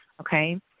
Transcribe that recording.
Okay